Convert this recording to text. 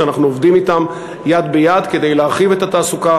ואנחנו עובדים אתם יד ביד כדי להרחיב את התעסוקה